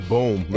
Boom